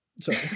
sorry